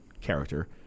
character